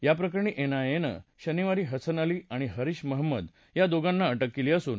याप्रकरणी एनआयएनं शनिवारी हसन अली आणि हरीश महंमद या दोघांना अटक केली होती